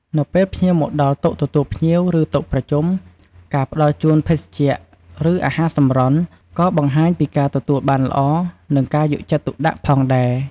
នៅពេលភ្ញៀវមកដល់តុទទួលភ្ញៀវ ឬតុប្រជុំ ការផ្តល់ជូនភេសជ្ជៈ ឬអាហារសម្រន់ ក៏បង្ហាញពីការទទួលបានល្អ និងការយកចិត្តទុកដាក់ផងដែរ។